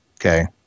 Okay